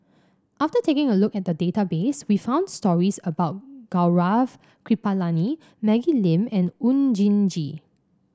after taking a look at the database we found stories about Gaurav Kripalani Maggie Lim and Oon Jin Gee